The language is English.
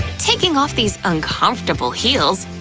taking off these uncomfortable heels,